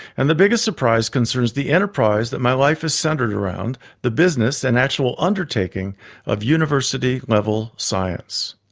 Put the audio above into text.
and the biggest surprise concerns the enterprise that my life is centered around the business and actual undertaking of university-level science.